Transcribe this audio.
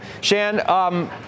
Shan